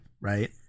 right